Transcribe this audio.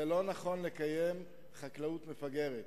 זה לא נכון לקיים חקלאות מפגרת.